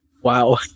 Wow